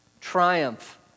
Triumph